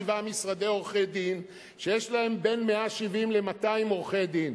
שבעה משרדי עורכי-דין שיש להם בין 170 ל-200 עורכי-דין.